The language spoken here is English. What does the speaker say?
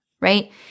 right